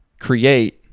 create